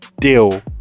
deal